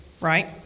right